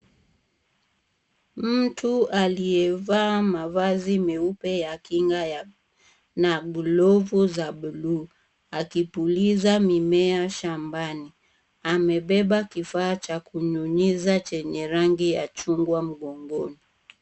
Mtu aliyevaa mavazi meupe ya Kinga na glovu za bluu ,akipuliza mimea shambani amebeba kifaa Cha kunyunyiza chenye rangi ya chungwa mgongoni.